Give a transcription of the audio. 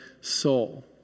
soul